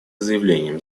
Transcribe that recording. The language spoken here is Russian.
заявлениям